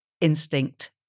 instinct